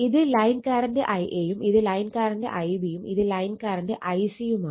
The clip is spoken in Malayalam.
ഇത് ലൈൻ കറണ്ട് Ia യും ഇത് ലൈൻ കറണ്ട് Ib യും ഇത് ലൈൻ കറണ്ട് Ic യുമാണ്